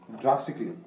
drastically